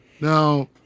Now